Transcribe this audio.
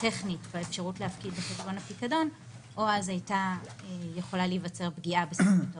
מלהפקיד בחשבון הפיקדון יכולה הייתה להיווצר פגיעה בזכויות העובדים.